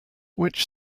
which